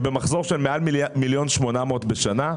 שהם במחזור של מעל מיליון ו-800 אלף בשנה,